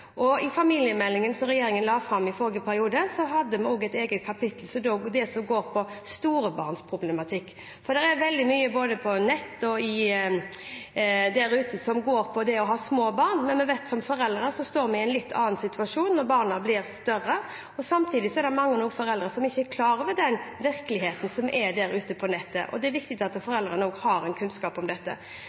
I familiemeldingen som regjeringen la fram i forrige periode, hadde vi et eget kapittel om det som går på problematikken rundt store barn, for det er veldig mye både på nett og ellers som går på det å ha små barn, men vi vet at som foreldre står vi i en litt annen situasjon når barna blir større. Samtidig er det mange foreldre som ikke er klar over den virkeligheten som er der ute på nettet, og det er viktig at foreldrene også har kunnskap om dette.